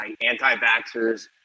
Anti-vaxxers